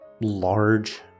large